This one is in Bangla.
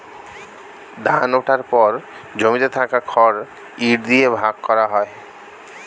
ধান ওঠার পর জমিতে থাকা খড় ইট দিয়ে ভাগ করা হয়